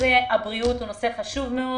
נושא הבריאות הוא נושא חשוב מאוד.